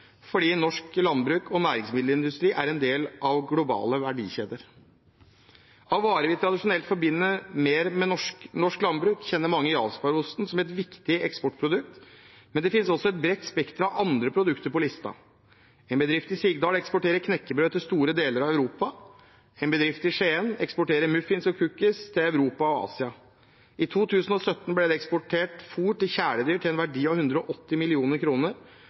fordi norsk landbruk og næringsmiddelindustri er en del av globale verdikjeder. Av varer vi tradisjonelt forbinder mer med norsk landbruk, kjenner mange Jarlsberg-osten som et viktig eksportprodukt, men det finnes også et bredt spekter av andre produkter på lista. En bedrift i Sigdal eksporterer knekkebrød til store deler av Europa. En bedrift i Skien eksporterer muffins og cookies til Europa og Asia. I 2017 ble det eksportert fôr til kjæledyr til en verdi av 180